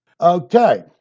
okay